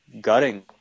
gutting